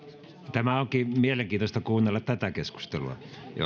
tämä onkin mielenkiintoista kuunnella tätä keskustelua